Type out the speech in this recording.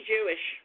Jewish